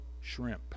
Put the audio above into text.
shrimp